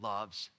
loves